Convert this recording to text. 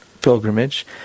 pilgrimage